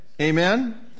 Amen